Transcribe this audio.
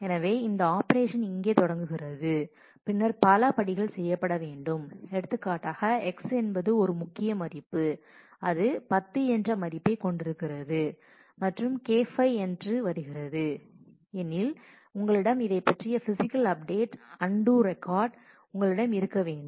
எனவே இந்த ஆப்ரேஷன் இங்கே தொடங்குகிறது பின்னர் பல படிகள் செய்யப்பட வேண்டும் எடுத்துக்காட்டாக X என்பது ஒரு முக்கிய மதிப்பு அது 10 என்ற மதிப்பை கொண்டிருக்கிறது மற்றும் அது K5 என்று வருகிறது எனில் உங்களிடம் இதைப் பற்றிய பிசிக்கல் அப்டேட் அன்டூ ரெக்கார்ட் உங்களிடம் இருக்க வேண்டும்